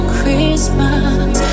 Christmas